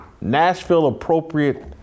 Nashville-appropriate